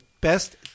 best